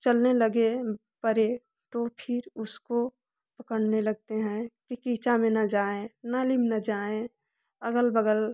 चलने लगें परे तो फिर उसको पकड़ने लगते हैं कि कीचा में ना जाएँ नाली में न जाएँ अगल बगल